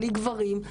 בלי גברים.